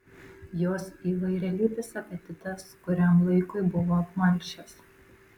jos įvairialypis apetitas kuriam laikui buvo apmalšęs